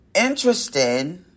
interesting